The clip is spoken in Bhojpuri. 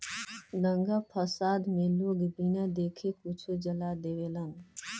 दंगा फसाद मे लोग बिना देखे कुछो जला देवेलन